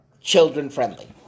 children-friendly